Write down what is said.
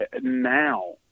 now